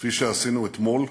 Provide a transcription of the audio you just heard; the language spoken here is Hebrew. כפי שעשינו אתמול,